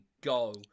go